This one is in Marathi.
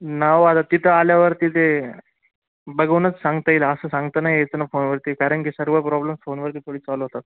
नाव आता तिथं आल्यावर तिथे बघूनच सांगता येईल असं सांगता नाही यायचं फोनवरती कारण की सर्व प्रॉब्लेम फोनवरती थोडी सॉल्व होतात